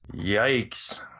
Yikes